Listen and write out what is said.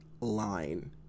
line